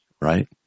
right